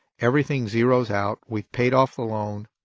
everything zeroes out. we've paid off the loan